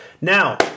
Now –